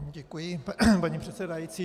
Děkuji, paní předsedající.